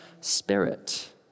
spirit